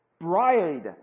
bride